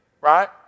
right